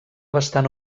bastant